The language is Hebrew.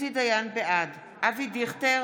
בעד אבי דיכטר,